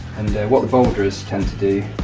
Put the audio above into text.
and what the boulders tend to do,